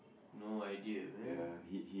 no idea man